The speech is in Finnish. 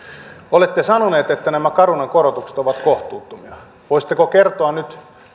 nähty olette sanoneet että nämä carunan korotukset ovat kohtuuttomia voisitteko kertoa nyt